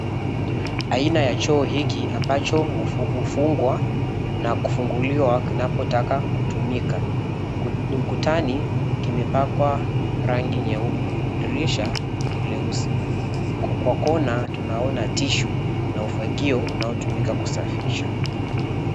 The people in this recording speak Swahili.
Aina ya choo hiki ambacho hufungwa na kufunguliwa kinapotaka kutumika, ukutani kimepakwa rangi nyeupe, dirisha ni jeusi kwa kona tunaona tissue na ufagio unaotumika kusafisha.